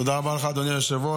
תודה רבה לך, אדוני היושב-ראש.